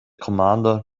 commander